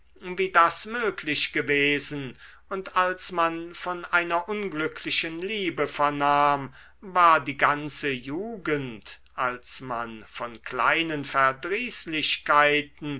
wie das möglich gewesen und als man von einer unglücklichen liebe vernahm war die ganze jugend als man von kleinen